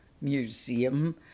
Museum